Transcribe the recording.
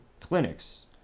Clinics